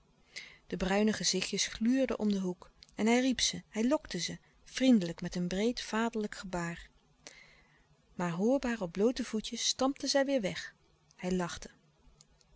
de bruine gezichtjes gluurden om den hoek en hij riep ze hij lokte ze vriendelijk met een breed vaderlijk gebaar maar hoor baar op bloote voetjes stampten zij weêr weg hij lachte